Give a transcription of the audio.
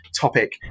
topic